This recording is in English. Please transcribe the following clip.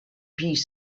piece